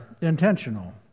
intentional